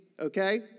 okay